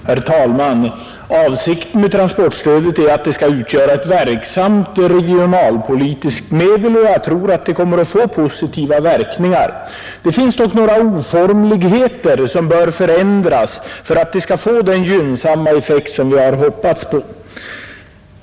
Herr talman! Avsikten med transportstödet är att det skall utgöra ett verksamt regionalpolitiskt medel, och jag tror att det kommer att få positiva verkningar. Det finns dock några oformligheter som bör förändras för att stödet skall få den gynnsamma effekt vi hoppas på.